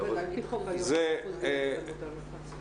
אבל שהמצב במשק היום הוא לא יהיה מצב קצר.